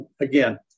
again